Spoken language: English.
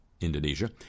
Indonesia